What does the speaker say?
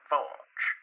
Forge